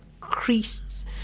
Christ